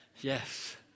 Yes